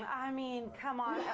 i mean, come on.